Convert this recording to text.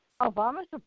Obama's